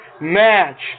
match